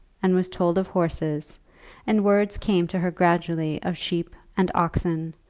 and was told of horses and words came to her gradually of sheep and oxen,